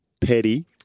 Petty